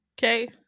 okay